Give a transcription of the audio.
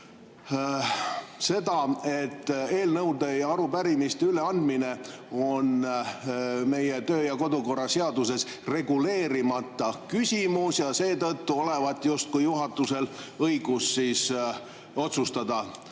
seda, et eelnõude ja arupärimiste üleandmine on meie töö‑ ja kodukorra seaduses reguleerimata küsimus ja seetõttu olevat justkui juhatusel õigus otsustada,